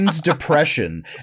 depression